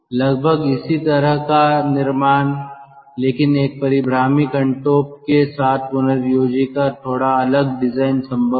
लगभग इसी तरह का निर्माण लेकिन एक परीभ्रामी कनटोप या हुड के साथ पुनर्योजी का थोड़ा अलग डिजाइन संभव है